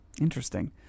Interesting